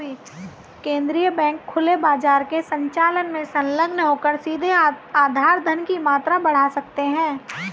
केंद्रीय बैंक खुले बाजार के संचालन में संलग्न होकर सीधे आधार धन की मात्रा बढ़ा सकते हैं